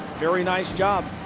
very nice job.